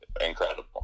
incredible